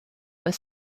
were